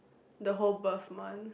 the whole birth month